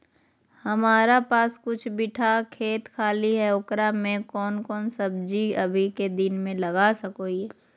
हमारा पास कुछ बिठा खेत खाली है ओकरा में कौन कौन सब्जी अभी के दिन में लगा सको हियय?